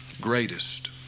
Greatest